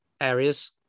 areas